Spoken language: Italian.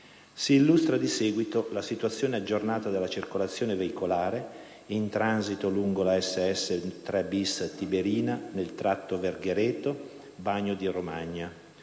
Si illustra di seguito la situazione aggiornata della circolazione veicolare in transito lungo la SS 3 *bis* Tiberina nel tratto Verghereto-Bagno di Romagna,